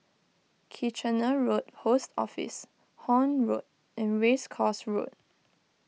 Kitchener Road Post Office Horne Road and Race Course Road